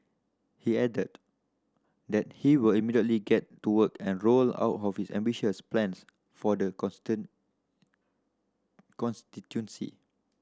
he added that he will immediately get to work and roll out his ambitious plans for the constituency